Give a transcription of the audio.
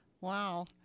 wow